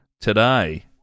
today